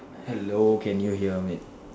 hello can you hear me